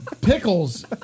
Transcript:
pickles